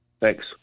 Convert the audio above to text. Thanks